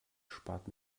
spart